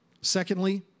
Secondly